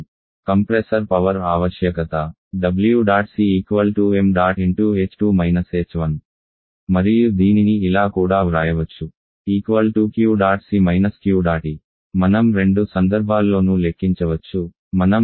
compressor power ఆవశ్యకత ẆC ṁ మరియు దీనిని ఇలా కూడా వ్రాయవచ్చు Q̇̇C Q̇̇E మనం రెండు సందర్భాల్లోనూ లెక్కించవచ్చు మనం దీన్ని 1